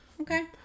Okay